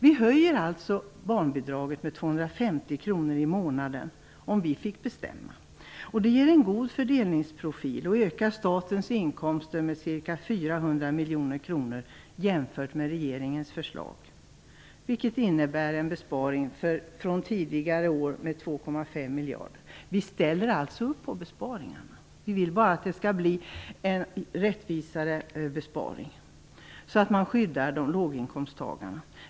Vi skulle alltså höja barnbidraget med 250 kr i månaden om vi fick bestämma. Det ger en god fördelningsprofil och ökar statens inkomster med ca 400 miljoner kronor jämfört med regeringens förslag, vilket innebär en besparing från tidigare år med 2,5 miljarder. Vi ställer alltså upp på besparingarna. Vi vill bara att besparingen skall bli rättvisare så att man skyddar låginkomsttagarna.